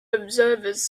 observers